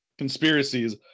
conspiracies